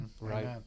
Right